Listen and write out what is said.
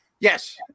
Yes